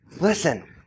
listen